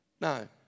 No